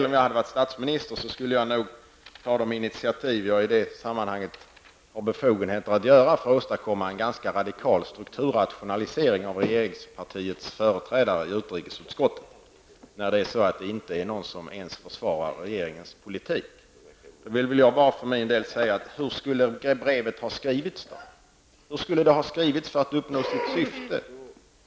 Om jag vore statsminister skulle jag nog ta de initiativ som jag i den rollen har befogenheter att ta för att åstadkomma en ganska radikal strukturrationalisering av regeringspartiets företrädare i utrikesutskottet. Ingen av dem tycks ju ens försvara regeringens politik. Hur skulle då detta brev till Saddam Hussein ha skrivits för att uppnå sitt syfte?